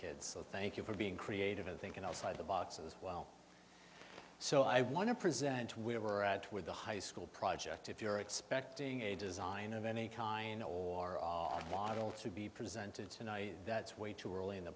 kids so thank you for being creative and thinking outside the box as well so i want to present we were at with the high school project if you're expecting a design of any kind or model to be presented tonight that's way too early in the